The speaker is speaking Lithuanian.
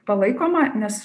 palaikoma nes